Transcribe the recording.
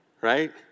right